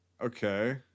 Okay